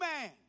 man